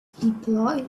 deploy